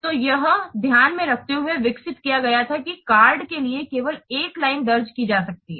तो यह ध्यान में रखते हुए विकसित किया गया था कि कार्ड के लिए केवल एक लाइन दर्ज की जा सकती है